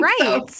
Right